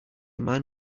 man